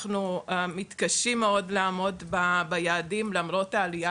אנחנו מתקשים מאוד לעמוד ביעדים למרות העלייה